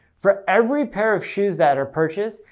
for every pair of shoes that are purchased,